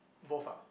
both ah